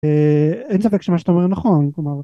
אין ספק שמה שאתה אומר נכון כלומר